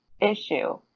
issue